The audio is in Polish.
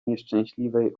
nieszczęśliwej